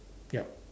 yup